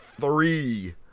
three